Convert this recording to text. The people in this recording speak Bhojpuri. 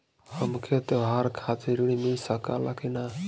हमके त्योहार खातिर त्रण मिल सकला कि ना?